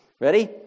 Ready